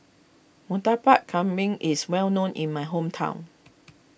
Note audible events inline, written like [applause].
Murtabak Kambing is well known in my hometown [noise]